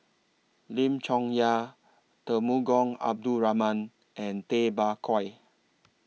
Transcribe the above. Lim Chong Yah Temenggong Abdul Rahman and Tay Bak Koi